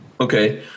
okay